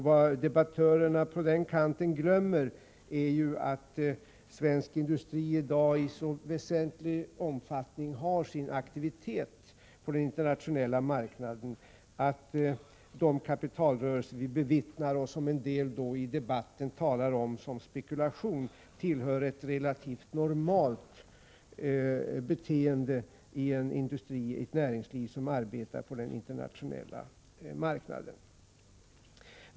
Vad debattörerna på den kanten glömmer är att svensk industri i dag i så väsentlig omfattning har sin aktivitet på den internationella marknaden, att de kapitalrörelser vi bevittnar och som en del i debatten kallar spekulation ingår som ett relativt normalt beteende i ett näringsliv som arbetar på den internationella marknaden.